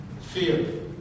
fear